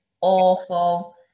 awful